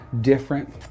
Different